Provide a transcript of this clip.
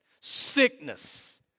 sickness